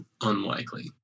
unlikely